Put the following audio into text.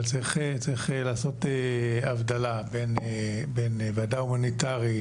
אבל צריך לעשות הבדלה בין ועדה הומניטרית